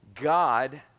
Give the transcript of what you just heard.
God